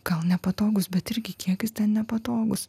gal nepatogus bet irgi kiek jis ten nepatogus